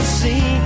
see